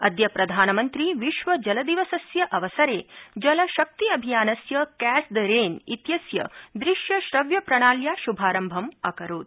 अद्य प्रधानमन्त्री विश्वजलदिवसस्य अवसरे जलशक्ति अभियानस्य ंकैच द रेन इत्यस्य दुश्यश्रव्यप्रणात्या श्भारम्भम अकरोत